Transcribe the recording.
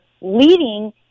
leading